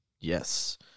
Yes